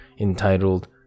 entitled